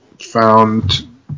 found